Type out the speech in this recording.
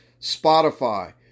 Spotify